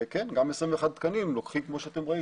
וכן גם 21 תקנים לוקחים כמו שאתם רואים